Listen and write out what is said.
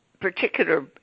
particular